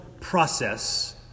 process